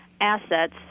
Assets